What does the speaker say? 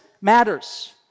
matters